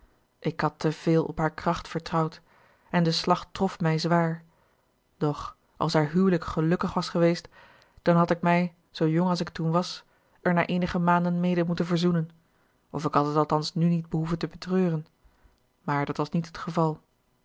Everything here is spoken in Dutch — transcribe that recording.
ik had te veel op haar kracht vertrouwd en de slag trof mij zwaar doch als haar huwelijk gelukkig was geweest dan had ik mij zoo jong als ik toen was er na eenige maanden mede moeten verzoenen of ik had het althans nu niet behoeven te betreuren maar dat was niet het geval